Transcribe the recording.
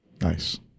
Nice